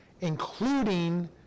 including